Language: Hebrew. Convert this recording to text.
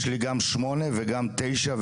יש לי גם שמונה וגם תשעה,